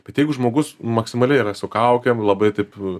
bet jeigu žmogus maksimaliai yra su kaukėm labai taip